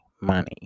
money